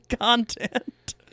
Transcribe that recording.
content